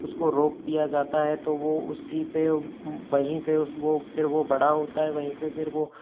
उसको रोप दिया जाता है तो वो उसी पे वहीं पे वो फ़िर वो बड़ा होता है फ़िर वो